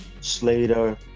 Slater